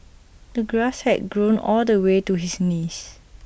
the grass had grown all the way to his knees